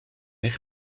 eich